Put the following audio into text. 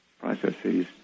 processes